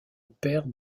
père